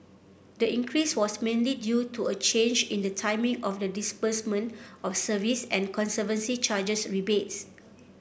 the increase was mainly due to a change in the timing of the disbursement of service and conservancy charges rebates